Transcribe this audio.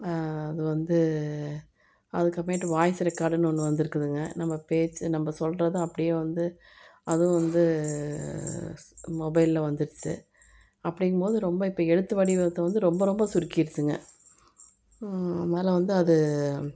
அது வந்து அதுக்கு அப்புறமேட்டு வாய்ஸ் ரெக்காடுன்னு ஒன்று வந்துருக்குதுங்க நம்ம பேச்சு நம்ப சொல்லுறது அப்படியே வந்து அதுவும் வந்து மொபைலில் வந்துருச்சு அப்படிங்கும் போது ரொம்ப இப்போ எழுத்து வடிவத்தை வந்துவிட்டு ரொம்ப ரொம்ப சுருக்கிருச்சுங்க அதனால வந்து அது